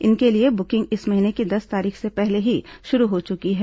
इनके लिये बुकिंग इस महीने की दस तारीख से पहले ही शुरू हो चुकी है